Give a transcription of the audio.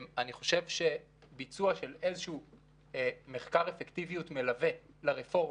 אני חושב שביצוע של איזה מחקר אפקטיביות מלווה לרפורמה,